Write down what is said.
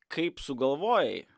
kaip sugalvojai